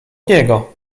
niego